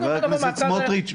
חבר הכנסת סמוטריץ',